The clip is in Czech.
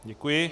Děkuji.